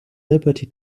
liberty